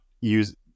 use